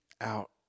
out